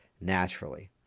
Naturally